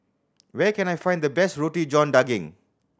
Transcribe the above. where can I find the best Roti John Daging